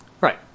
Right